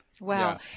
Wow